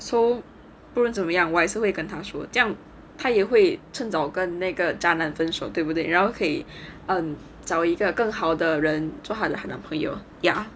so 不论怎么样我还是会跟他说这样她也会趁早跟那个渣男分手对不对然后可以 um 找一个更好的人做她的男朋友 ya